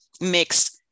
mixed